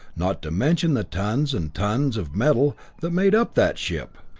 not to mention the tons and tons of metal that made up that ship.